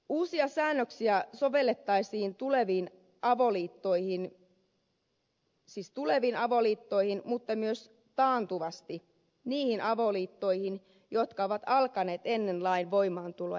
uusia säännöksiä sovellettaisiin siis tuleviin avoliittoihin mutta myös taantuvasti niihin avoliittoihin jotka ovat alkaneet ennen lain voimaantuloa